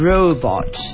Robot